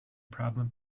problem